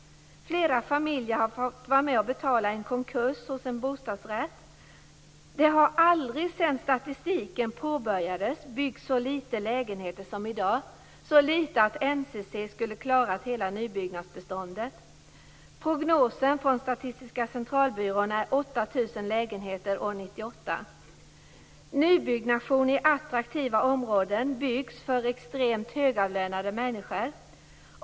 Många familjer har fått vara med och betala en konkurs i en bostadsrättsförening. Det har aldrig sedan statistiken påbörjades byggts så lite lägenheter som i dag - så lite att NCC skulle ha klarat hela nybyggnadsbeståndet. Prognosen från Nybyggnation i attraktiva områden sker för extremt högavlönade människor.